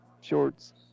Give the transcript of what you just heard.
shorts